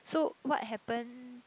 so what happen